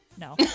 no